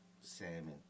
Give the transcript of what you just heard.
salmon